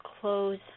close